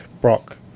Brock